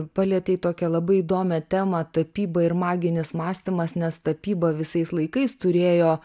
palietei tokią labai įdomią temą tapyba ir maginis mąstymas nes tapyba visais laikais turėjo